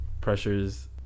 Pressures